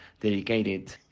dedicated